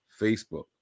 Facebook